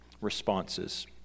responses